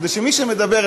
כדי שמי שמדבר,